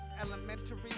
Elementary